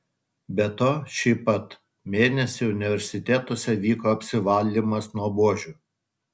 be to šį pat mėnesį universitetuose vyko apsivalymas nuo buožių